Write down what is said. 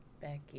Becky